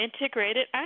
integrated